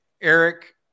Eric